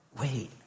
wait